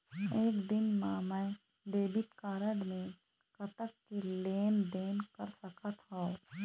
एक दिन मा मैं डेबिट कारड मे कतक के लेन देन कर सकत हो?